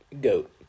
goat